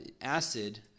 acid